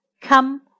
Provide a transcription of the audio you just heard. Come